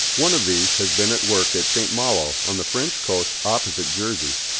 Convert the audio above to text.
one of these has been at work at st. malo on the french coast opposite jersey,